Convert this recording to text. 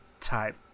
type